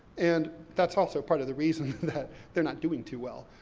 and that's also part of the reason that they're not doing too well.